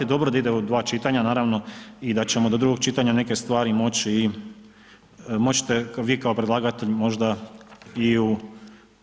Dobro da ide u dva čitanja, naravno i da ćemo do drugog čitanja neke stvari moći i, moći ćete vi kao predlagatelj možda i uvažiti.